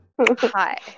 hi